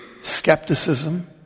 Skepticism